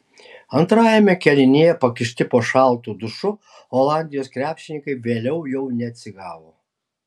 antrajame kėlinyje pakišti po šaltu dušu olandijos krepšininkai vėliau jau neatsigavo